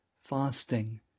fasting